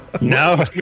No